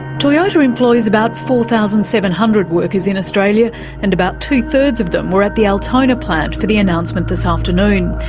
toyota employs about four thousand seven hundred workers in australia and about two-thirds of them were at the altona plant for the announcement this afternoon.